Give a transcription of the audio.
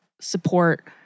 support